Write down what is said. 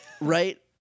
Right